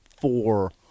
four